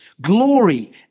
glory